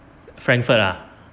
frankfurt ah